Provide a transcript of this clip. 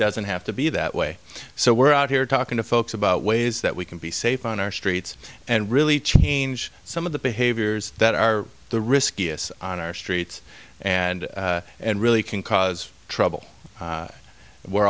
doesn't have to be that way so we're out here talking to folks about ways that we can be safe on our streets and really change some of the behaviors that are the riskiest on our streets and and really can cause trouble we're